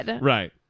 Right